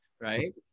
right